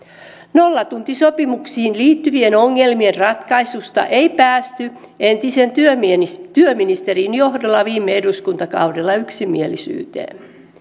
nollatuntisopimuksiin liittyvien ongelmien ratkaisusta ei päästy entisen työministerin työministerin johdolla viime eduskuntakaudella yksimielisyyteen